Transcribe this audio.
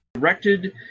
Directed